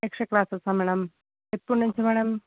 extra క్లాసెసా madam ఎప్పుడు నుంచి మ్యాడమ్